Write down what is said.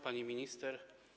Pani Minister!